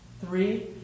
three